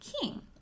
king